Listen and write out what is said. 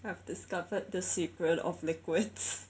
I've discovered the secret of liquids